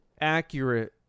accurate